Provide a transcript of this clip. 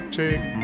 take